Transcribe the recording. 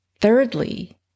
Thirdly